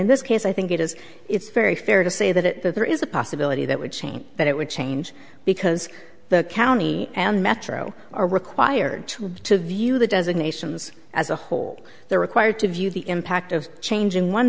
in this case i think it is it's very fair to say that there is a possibility that would change but it would change because the county and metro are required to view the designations as a whole they're required to view the impact of changing one